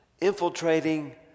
infiltrating